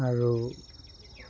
আৰু